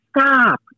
stop